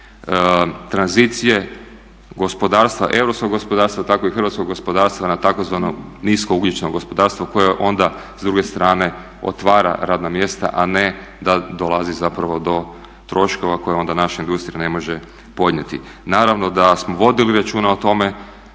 tranzicije europskog gospodarstva pa tako i hrvatskog gospodarstva na tzv. niskougljično gospodarstvo koje onda s druge strane otvara radna mjesta a ne da dolazi zapravo do troškova koje onda naša industrija ne može podnijeti. Naravno da smo vodili računa o tome,